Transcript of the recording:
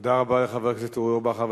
תודה רבה לחבר הכנסת אורי אורבך.